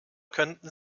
könnten